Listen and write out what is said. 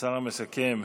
השר המסכם,